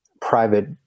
private